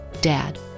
Dad